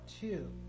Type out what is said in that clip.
two